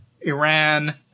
Iran